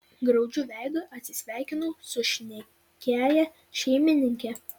graudžiu veidu atsisveikinau su šnekiąja šeimininke